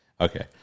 Okay